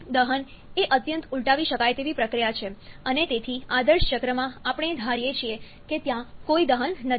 દહન એ અત્યંત ઉલટાવી શકાય તેવી પ્રક્રિયા છે અને તેથી આદર્શ ચક્રમાં આપણે ધારીએ છીએ કે ત્યાં કોઈ દહન નથી